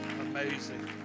amazing